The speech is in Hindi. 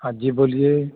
हाँ जी बोलिए